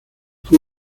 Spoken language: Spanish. fue